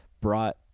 brought